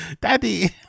daddy